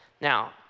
Now